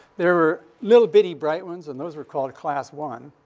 there were little, bitty bright ones, and those were called class one.